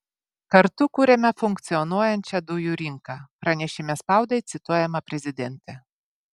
kartu kuriame funkcionuojančią dujų rinką pranešime spaudai cituojama prezidentė